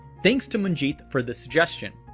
thanks to manjeet for the suggestion!